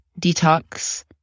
detox